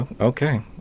Okay